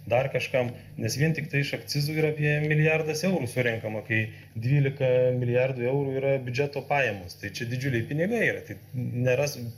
dar kažkam nes vien tiktai iš akcizų yra apie milijardas eurų surenkama kai dvylika milijardų eurų yra biudžeto pajamos tai čia didžiuliai pinigai yra tik neras